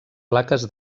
plaques